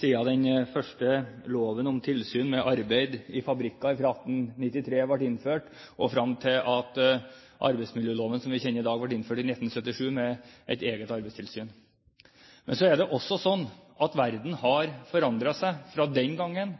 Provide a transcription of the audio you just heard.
siden den første loven om tilsyn med arbeid i fabrikker fra 1893 ble innført og frem til at den arbeidsmiljøloven som vi kjenner i dag, ble innført i 1977, med et eget arbeidstilsyn. Men så er det også slik at verden har forandret seg fra 1893 frem til 1977, den